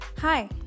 hi